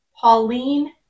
Pauline